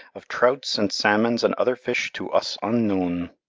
of trouts and salmons and other fish to us unknowen.